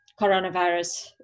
coronavirus